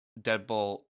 Deadbolt